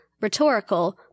rhetorical